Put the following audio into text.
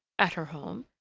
at her home?